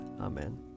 Amen